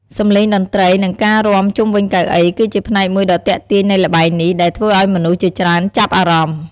សំឡេងតន្ត្រី និងការរាំជុំវិញកៅអី គឺជាផ្នែកមួយដ៏ទាក់ទាញនៃល្បែងនេះ ដែលធ្វើឱ្យមនុស្សជាច្រើនចាប់អារម្មណ៍។